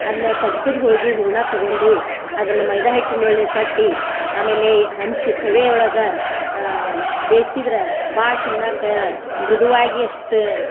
ಅದ್ನ ಸಜ್ಕದ ಹೋಳ್ಗಿ ಹೂರ್ಣ ತಗೊಂಡು ಅದನ್ನ ಮೈದಾಹಿಟ್ಟಿನೊಳ್ಗೆ ತಟ್ಟಿ ಆಮೇಲೆ ಹಂಚಿ ತೆವೆ ಒಳಗೆ ಬೇಯ್ಸಿದ್ರೆ ಭಾಳ ತಿನ್ನಾಕ ಮೃದುವಾಗಿ ಅಷ್ಟು